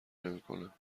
نمیکنم